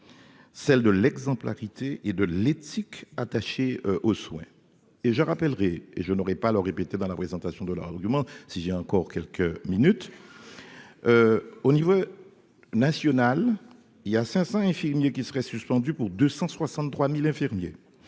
Celle de l'exemplarité et de l'éthique attaché aux soins et je rappellerai et je n'aurais pas le répéter dans la présentation de l'argument si j'ai encore quelques minutes au niveau national, il y a 500 infirmiers qui serait suspendu pour 263000 infirmiers